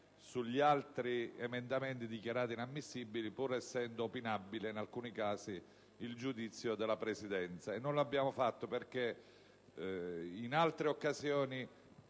sugli altri emendamenti dichiarati improponibili, pur essendo opinabile, in alcuni casi, il giudizio della Presidenza. Non l'abbiamo fatto perché in altre occasioni